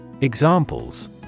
Examples